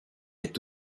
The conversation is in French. est